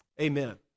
Amen